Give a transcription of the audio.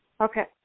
Okay